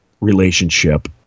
relationship